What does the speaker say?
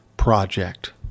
project